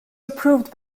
approved